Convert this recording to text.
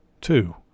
Two